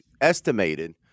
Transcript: estimated